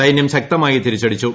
സൈന്യം ശക്തമായി തിരിച്ചടിച്ചു